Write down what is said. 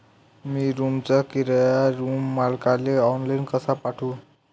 मी रूमचा किराया रूम मालकाले ऑनलाईन कसा पाठवू?